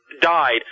died